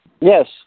Yes